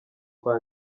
kwa